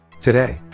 Today